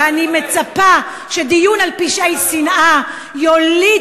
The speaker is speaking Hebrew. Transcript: ואני מצפה שדיון על פשעי שנאה יוליד